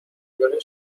هزاره